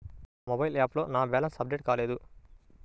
నా మొబైల్ యాప్లో నా బ్యాలెన్స్ అప్డేట్ కాలేదు